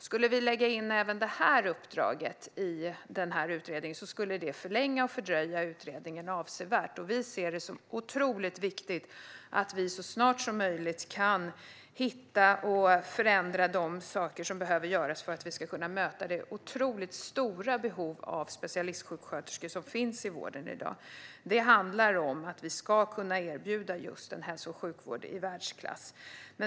Skulle vi lägga in även detta uppdrag i den utredningen skulle den förlängas och fördröjas avsevärt. Vi ser det som otroligt viktigt att vi så snart som möjligt kan göra de förändringar som behövs för att vi ska kunna möta det mycket stora behov av specialistsjuksköterskor som finns i vården i dag. Det handlar om att vi ska kunna erbjuda en hälso och sjukvård i världsklass.